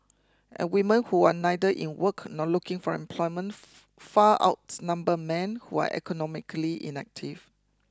and women who are neither in work nor looking for employment far outnumber men who are economically inactive